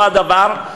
אותו הדבר,